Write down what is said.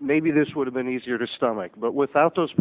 maybe this would have been easier to stomach but without those